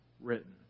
written